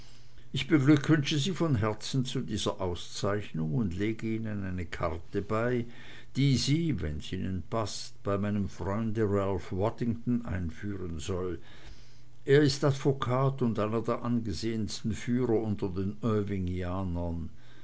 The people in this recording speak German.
ich beglückwünsche sie von herzen zu dieser auszeichnung und lege ihnen eine karte bei die sie wenn's ihnen paßt bei meinem freunde ralph waddington einführen soll er ist advokat und einer der angesehensten führer unter den